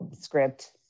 script